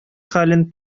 хәлен